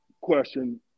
question